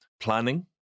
planning